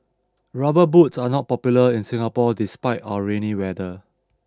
rubber boots are not popular in Singapore despite our rainy weather